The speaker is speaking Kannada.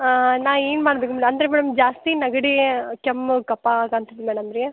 ಹಾಂ ನಾ ಏನು ಮಾಡ್ಬೇಕು ಅಂದರೆ ಮೇಡಮ್ ಜಾಸ್ತಿ ನೆಗಡಿ ಕೆಮ್ಮು ಕಪ ಆಗನ್ತದ ಮೇಡಮ್ ರೀ